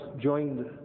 joined